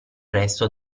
resto